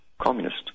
communist